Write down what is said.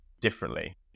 differently